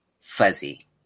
fuzzy